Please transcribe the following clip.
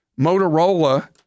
Motorola